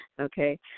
Okay